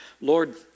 Lord